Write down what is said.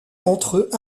entre